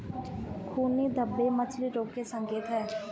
खूनी धब्बे मछली रोग के संकेत हैं